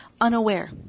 unaware